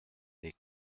les